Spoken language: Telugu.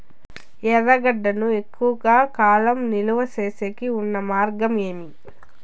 ఎర్రగడ్డ ను ఎక్కువగా కాలం నిలువ సేసేకి ఉన్న మార్గం ఏమి?